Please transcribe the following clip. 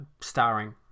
starring